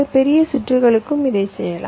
பெரிய சுற்றுகளுக்கும் இதைச் செய்யலாம்